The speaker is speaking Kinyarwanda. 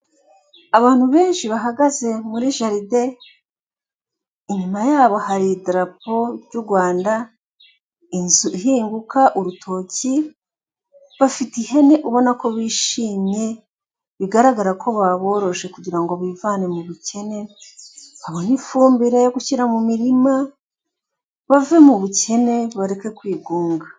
Abantu benshi bahagaze muri jaride, inyuma yabo hari idarapo ryu Rwanda, inzu ihinguka, urutoki, bafite ihene ubona ko bishimye bigaragara ko baboroje kugira ngo bivane mu bukene, babone ifumbire yo gushyira mu mirima, bave mu bukene bareke kwigunga.